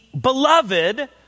beloved